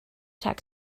rhag